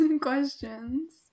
questions